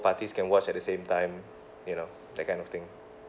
parties can watch at the same time you know that kind of thing